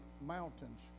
mountains